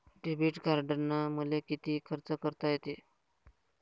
Debit कार्डानं मले किती खर्च करता येते?